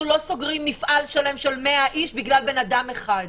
אנחנו לא סוגרים מפעל שלם של 100 איש בגלל בן אדם אחד.